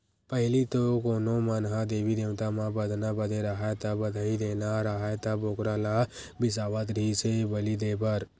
पहिली तो कोनो मन ह देवी देवता म बदना बदे राहय ता, बधई देना राहय त बोकरा ल बिसावत रिहिस हे बली देय बर